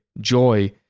joy